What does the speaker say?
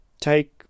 Take